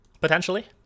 Potentially